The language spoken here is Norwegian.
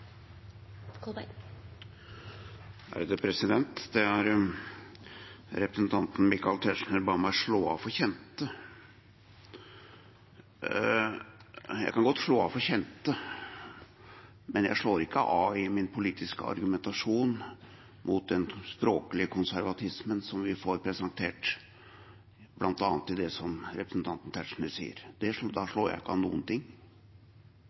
Representanten Michael Tetzschner ba meg slå av for kjente. Jeg kan godt slå av for kjente, men jeg slår ikke av i min politiske argumentasjon mot den språklige konservatismen som vi får presentert, bl.a. i det som representanten Tetzschner sier. Da slår jeg ikke av noen ting,